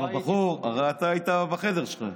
הרי אתה היית בחדר שלך.